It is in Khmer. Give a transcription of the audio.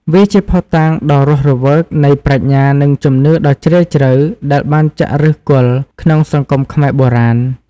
វាជាភស្តុតាងដ៏រស់រវើកនៃ ប្រាជ្ញា និងជំនឿដ៏ជ្រាលជ្រៅ ដែលបានចាក់ឫសគល់ក្នុងសង្គមខ្មែរបុរាណ។